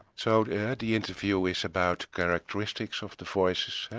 so at the interview it's about characteristics of the voices,